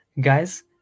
Guys